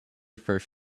first